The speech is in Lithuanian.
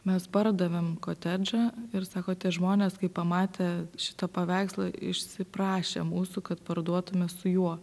mes pardavėm kotedžą ir sako tie žmonės kai pamatė šitą paveikslą išsiprašė mūsų kad parduotume su juo